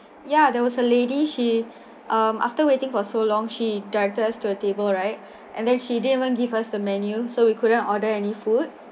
ya there was a lady she uh after waiting for so long she directed us to a table right and then she didn't even give us the menu so we couldn't order any food